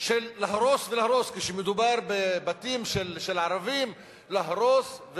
של להרוס ולהרוס כשמדובר בבתים של ערבים להרוס,